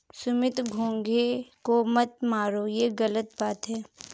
सुमित घोंघे को मत मारो, ये गलत बात है